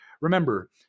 remember